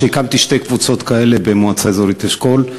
והקמתי שתי קבוצות כאלה במועצה האזורית אשכול,